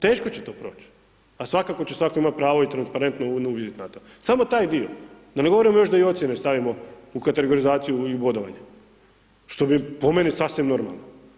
Teško će to proć, a svakako će svatko imati pravo i transparentno uviditi na to, samo taj dio, da ne govorimo još da i ocjenu stavimo u kategorizaciju i bodovanje, što bi, po meni, sasvim normalno.